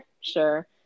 sure